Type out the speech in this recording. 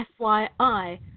FYI